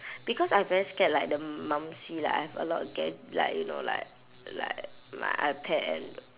because I very scared like the mum see like I have a lot of gad~ like you know like like my ipad and